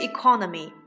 Economy